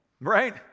right